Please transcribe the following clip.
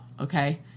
okay